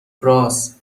رآس